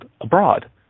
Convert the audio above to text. abroad